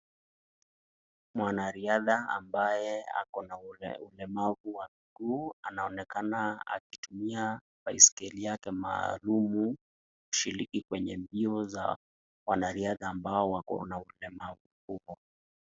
Mwanariadha ambaye akona ulemavu wa miguu anaonekana akitumia baiskeli yake maalum kushiriki kwenye mbio za wanariadha ambao wakona ulemavu huo.